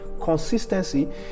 Consistency